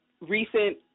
Recent